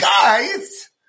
guys